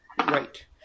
Right